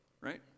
right